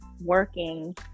working